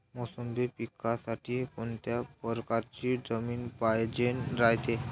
मोसंबी पिकासाठी कोनत्या परकारची जमीन पायजेन रायते?